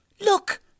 Look